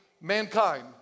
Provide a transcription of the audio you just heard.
mankind